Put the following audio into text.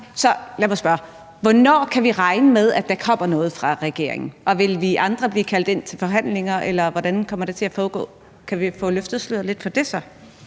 Lad mig bare spørge: Hvornår kan vi regne med, at der kommer noget fra regeringen? Vil vi andre blive indkaldt til forhandlinger, eller hvordan kommer det til at foregå? Kan vi få løftet sløret lidt for det?